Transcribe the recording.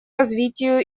развитию